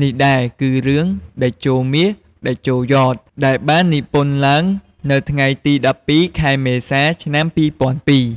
នេះដែរ គឺរឿង “តេជោមាស តេជោយ៉ត” ដែលបាននិពន្ធឡើងនៅថ្ងៃទី១២ ខែមេសា ឆ្នាំ២០០២។